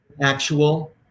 actual